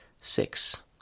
Six